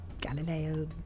Galileo